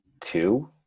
two